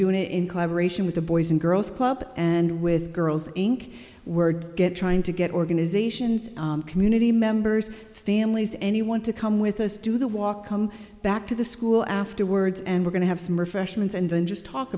doing it in collaboration with the boys and girls club and with girls inc word get trying to get organizations community members families anyone to come with us do the walk come back to the school afterwards and we're going to have some refreshments and then just talk